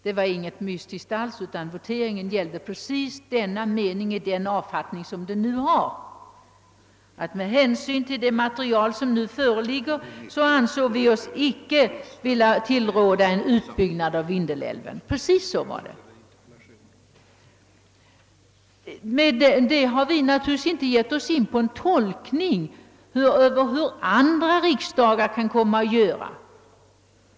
Det var ingenting mystiskt alls; voteringen gällde just denna mening i den avfattning, den nu har: »Utskottet anser sålunda att med hänsyn till det material, som för närvarande föreligger, någon utbyggnad av Vindelälven ej bör komma till stånd.» Därmed har vi naturligtvis inte berövat andra riksdagar möjligheten att besluta i detta ärende.